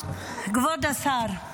כבוד השר,